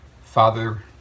Father